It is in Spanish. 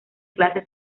clase